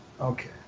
okay